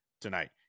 tonight